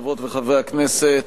חברות וחברי הכנסת,